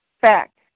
fact